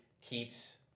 keeps